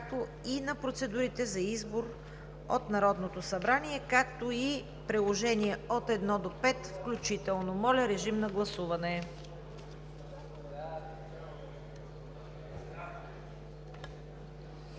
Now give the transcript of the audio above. Моля, режим на гласуване